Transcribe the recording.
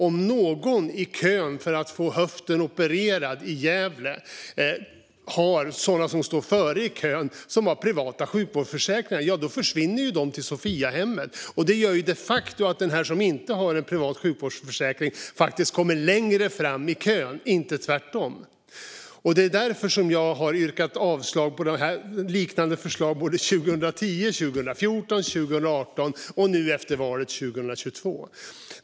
Om någon i kön för att få höften opererad i Gävle har sådana som står före i kön som har privata sjukvårdsförsäkringar försvinner de till Sophiahemmet. Det gör de facto att den som inte har en privat sjukvårdsförsäkring kommer längre fram i kön och inte tvärtom. Det är därför som jag har yrkat avslag på liknande förslag 2010, 2014, 2018 och nu efter valet 2022.